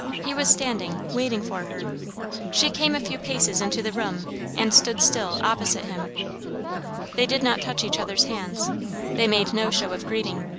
he was standing, waiting for her she came a few paces into the room and stood still opposite him they did not touch each other's hands they made no show of greeting.